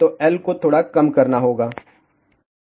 तो L को थोड़ा कम करना होगा